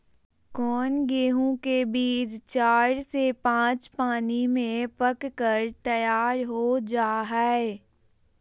कौन गेंहू के बीज चार से पाँच पानी में पक कर तैयार हो जा हाय?